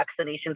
vaccinations